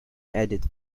edit